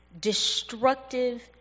destructive